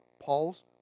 Paul's